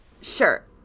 Sure